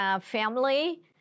family